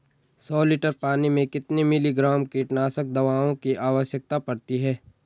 सौ लीटर पानी में कितने मिलीग्राम कीटनाशक दवाओं की आवश्यकता पड़ती है?